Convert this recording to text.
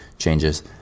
changes